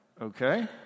okay